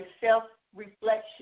self-reflection